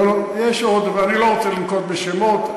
לא, אני לא רוצה לנקוב בשמות.